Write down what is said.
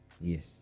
Yes